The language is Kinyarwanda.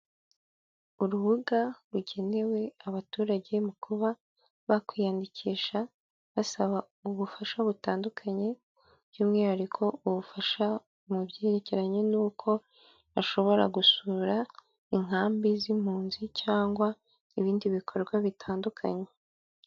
Urubuga rugenewe abaturage mu kuba bakwiyandikisha, basaba ubufasha butandukanye by'umwihariko ubufasha mu byerekeranye n'uko bashobora gusura inkambi z'impunzi, cyangwa ibindi bikorwa bitandukanye.